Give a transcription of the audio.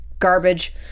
garbage